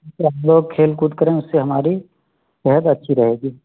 سر ہم لوگ کھیل کود کریں اُس سے ہماری صحت اچھی رہے گی